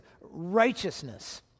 righteousness